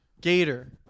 Gator